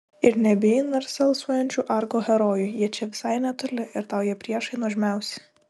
ir nebijai narsa alsuojančių argo herojų jie čia visai netoli ir tau jie priešai nuožmiausi